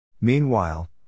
Meanwhile